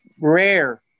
rare